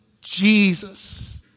Jesus